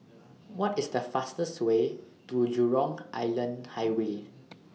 What IS The fastest Way to Jurong Island Highway